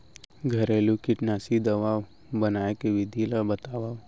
घरेलू कीटनाशी दवा बनाए के विधि ला बतावव?